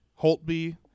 holtby